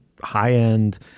high-end